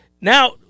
Now